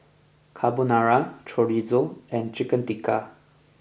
Carbonara Chorizo and Chicken Tikka